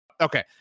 Okay